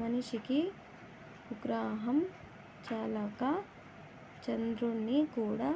మనిషికి బూగ్రహం చాలక చంద్రుడ్ని కూడా